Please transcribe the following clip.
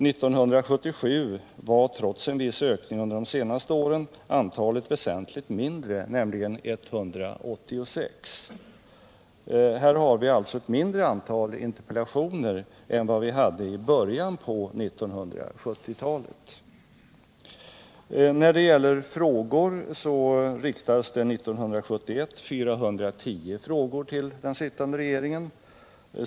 1977 var, trots en viss ökning under de senaste åren, antalet väsentligt mindre, nämligen 186. Det var alltså ett mindre antal interpellationer än i början på 1970-talet. När det gäller frågor, så riktades 1971 410 frågor till den sittande regeringen.